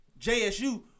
JSU